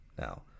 Now